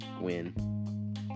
win